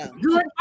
good